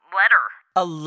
letter